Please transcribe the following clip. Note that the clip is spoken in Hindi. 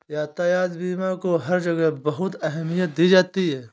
यातायात बीमा को हर जगह बहुत अहमियत दी जाती है